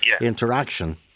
interaction